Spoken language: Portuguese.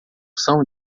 são